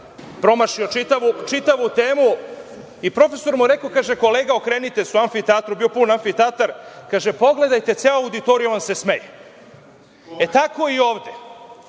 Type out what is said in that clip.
promašio čitavu temu i profesor mu je rekao – kolega okrenite se, u amfiteatru, bio je put amfiteatar, kaže – pogledajte, ceo auditorijum vam se smeje. Tako je i ovde,